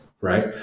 right